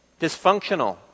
dysfunctional